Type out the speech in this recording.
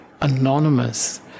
anonymous